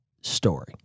story